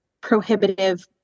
prohibitive